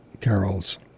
Carols